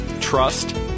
trust